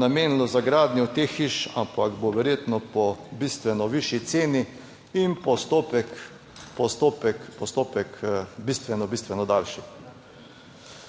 namenilo za gradnjo teh hiš, ampak bo verjetno po bistveno višji ceni in postopek bistveno